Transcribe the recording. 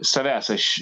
savęs aš